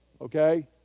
okay